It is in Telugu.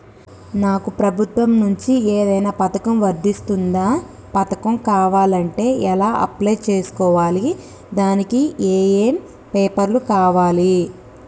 నాకు ప్రభుత్వం నుంచి ఏదైనా పథకం వర్తిస్తుందా? పథకం కావాలంటే ఎలా అప్లై చేసుకోవాలి? దానికి ఏమేం పేపర్లు కావాలి?